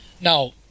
Now